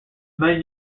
men